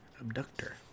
abductor